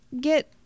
get